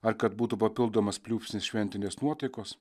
ar kad būtų papildomas pliūpsnis šventinės nuotaikos